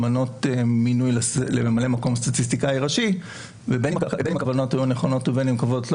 אז כמו שאמרתי בתקופה של בין 1 ביוני 2018 עד חודש ינואר 2019,